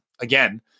again